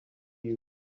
you